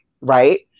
right